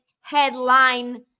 headline